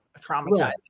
traumatized